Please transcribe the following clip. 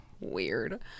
Weird